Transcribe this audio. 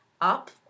up